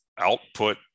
output